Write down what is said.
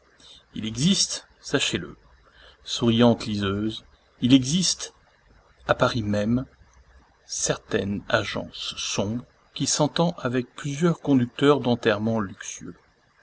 il existe sachez-le souriantes liseuses il existe à paris même certaine agence sombre qui s'entend avec plusieurs conducteurs d'enterrement luxueux